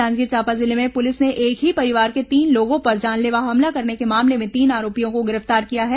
जांजगीर चांपा जिले में पुलिस ने एक ही परिवार के तीन लोगों पर जानलेवा हमला करने के मामले में तीन आरोपियों को गिरफ्तार किया है